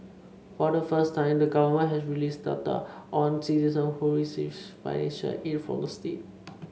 for the first time the government has released data on citizens who receives financial aid from the state